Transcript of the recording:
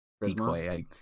decoy